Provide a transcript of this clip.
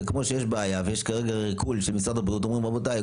אז בעצם ההצעה של הוועדה,